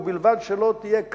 ובלבד שלא תהיה כאן,